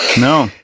No